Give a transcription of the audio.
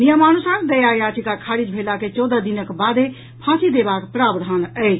नियमानुसार दया याचिका खारिज भेला के चौदह दिनक बादे फांसी देबाक प्रावधान अछि